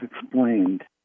explained